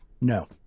No